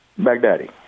Baghdadi